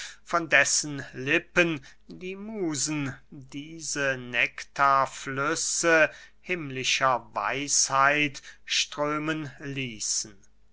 von dessen lippen die musen diese nektarflüsse himmlischer weisheit strömen ließen